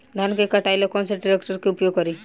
धान के कटाई ला कौन सा ट्रैक्टर के उपयोग करी?